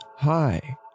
hi